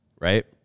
right